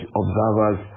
observers